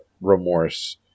remorse